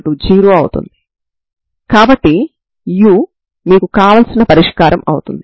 అది వాస్తవానికి e μ eμ అవుతుంది